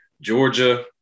Georgia